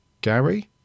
Gary